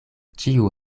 ĉiu